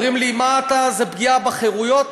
אומרים לי: זה פגיעה בחירויות.